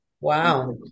Wow